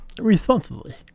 Responsibly